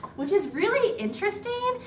which is really interesting.